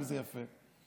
וזה יפה,